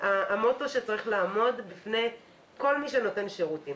זה המוטו שצריך לעמוד בפני כל מי שנותן שירות.